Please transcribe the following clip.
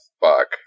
Fuck